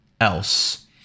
else